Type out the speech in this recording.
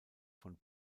von